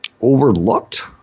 overlooked